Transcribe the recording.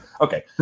Okay